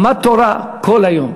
למד תורה כל היום.